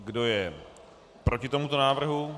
Kdo je proti tomuto návrhu?